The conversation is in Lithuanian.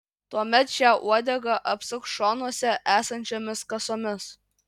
tuomet šią uodegą apsuk šonuose esančiomis kasomis